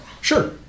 Sure